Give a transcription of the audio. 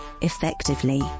effectively